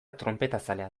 tronpetazalea